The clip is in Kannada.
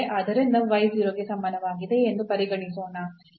ಆದ್ದರಿಂದ 0 ಗೆ ಸಮಾನವಾಗಿದೆ ಎಂದು ಪರಿಗಣಿಸೋಣ